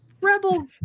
rebel